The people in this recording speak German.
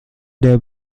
der